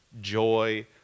joy